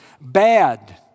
bad